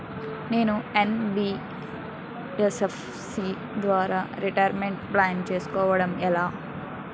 నేను యన్.బి.ఎఫ్.సి ద్వారా retirement planning చేసుకోవడం ఎలా?